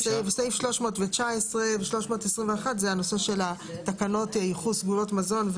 סעיף 319 ו-321 הם הנושא של תקנות ייחוס מזון,